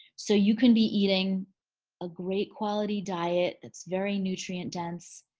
so you can be eating a great quality diet that's very nutrient dense.